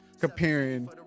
comparing